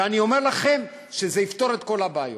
ואני אומר לכם שזה יפתור את כל הבעיות: